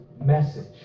message